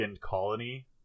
colony